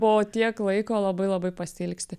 po tiek laiko labai labai pasiilgsti